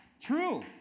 True